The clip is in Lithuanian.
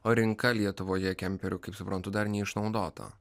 o rinka lietuvoje kemperių kaip suprantu dar neišnaudota